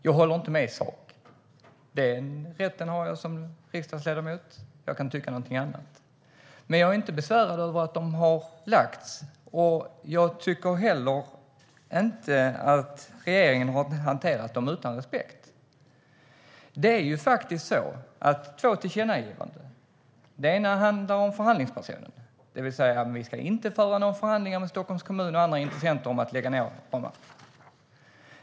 Jag håller inte med i sak - den rätten har jag som riksdagsledamot; jag kan tycka något annat - men jag är inte besvärad över att de har gjorts, och jag tycker heller inte att regeringen har hanterat dem utan respekt. Det finns två tillkännagivanden. Det ena handlar om förhandlingspersonen. Det vill säga att vi inte ska föra några förhandlingar med Stockholms kommun eller andra intressenter om att lägga ned Bromma.